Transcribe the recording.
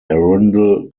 arundel